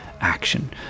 action